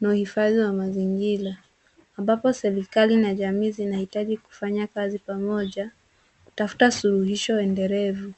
na uhifadhi wa mazingira ambapo serikali na jamii zinahitaji kufanya kazi pamoja kutafuta suluhisho endelevu.